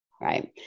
right